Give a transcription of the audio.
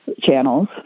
channels